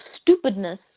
stupidness